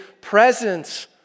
presence